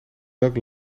welk